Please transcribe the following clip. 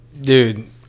Dude